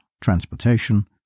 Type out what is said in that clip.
transportation